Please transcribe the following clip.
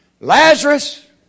Lazarus